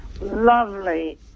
lovely